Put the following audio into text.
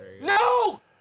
No